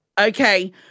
okay